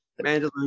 mandolin